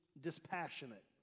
dispassionate